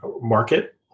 market